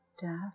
death